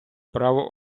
право